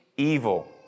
Evil